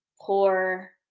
poor